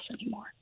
anymore